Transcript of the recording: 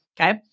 okay